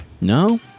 No